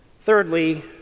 Thirdly